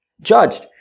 judged